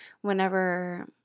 whenever